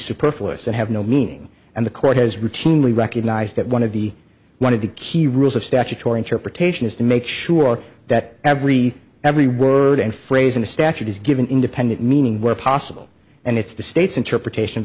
so that have no meaning and the court has routinely recognized that one of the one of the key rules of statutory interpretation is to make sure that every every word and phrase in the statute is given independent meaning where possible and it's the state's interpretation